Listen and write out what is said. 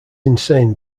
insane